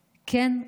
כן,